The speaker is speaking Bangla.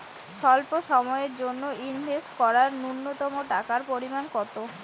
স্বল্প সময়ের জন্য ইনভেস্ট করার নূন্যতম টাকার পরিমাণ কত?